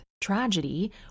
tragedy